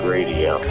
Radio